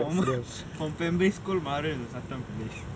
former from primary school maaran satham pillay